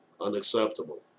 unacceptable